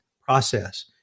process